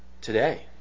today